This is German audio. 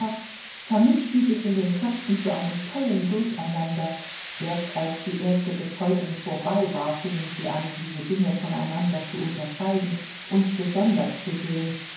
vermischten sich in den köpfen zu einem tollen durcheinander erst als die erste betäubung vorbei war fingen sie an diese dinge voneinander zu unterscheiden und gesondert zu sehen